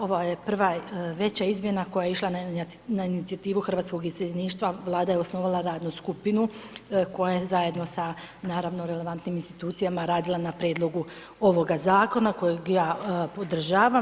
Ova je prva veća izmjena koja je išla na inicijativu hrvatskog iseljeništva, Vlada je osnovala radnu skupinu koja je zajedno sa naravno relevantnim institucijama radila na prijedlogu ovoga zakona kojeg ja podržavam.